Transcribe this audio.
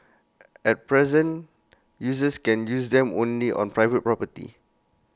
at present users can use them only on private property